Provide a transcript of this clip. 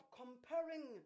comparing